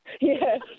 Yes